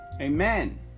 Amen